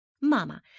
Mama